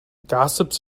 gossips